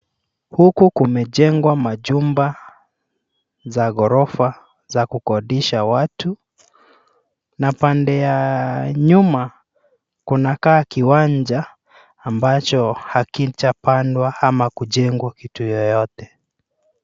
Huku kumejengwa majumba za ghorofa za kukodisha watu na pande ya nyuma kunakaa kiwanja ambacho hakijapandwa ama kujengwa kitu yoyote.